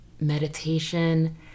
meditation